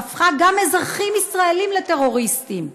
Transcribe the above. שהפכה גם אזרחים ישראלים לטרוריסטים,